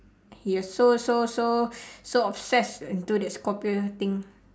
you are so so so so obsessed into that scorpio thing